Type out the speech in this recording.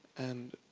and,